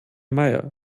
meier